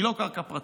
היא לא קרקע פרטית.